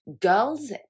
girls